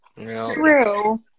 True